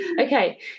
okay